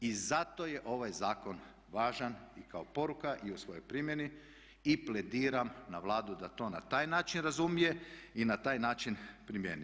Zato je ovaj zakon važan i kao poruka i u svojoj primjeni i plediram na Vladu da to na taj način razumije i na taj način primijeni.